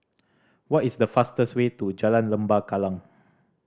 what is the fastest way to Jalan Lembah Kallang